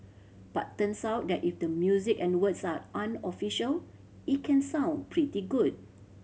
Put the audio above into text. but turns out that if the music and words are unofficial it can sound pretty good